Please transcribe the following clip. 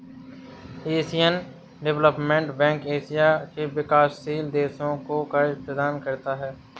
Asian development bank Asia के विकासशील देशों को कर्ज प्रदान करता है